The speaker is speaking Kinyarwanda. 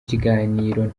kiganiro